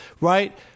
right